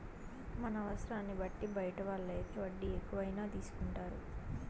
మన అవసరాన్ని బట్టి బయట వాళ్ళు అయితే వడ్డీ ఎక్కువైనా తీసుకుంటారు